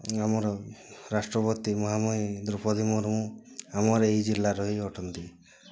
ଆମର ରାଷ୍ଟ୍ରପତି ମହାମହିମ ଦ୍ରୌପଦୀ ମୁର୍ମୁ ଆମ ଏଇ ଜିଲ୍ଲାର ହିଁ ଅଟନ୍ତି